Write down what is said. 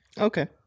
Okay